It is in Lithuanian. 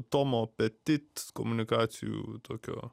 tomo petit komunikacijų tokio